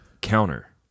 counter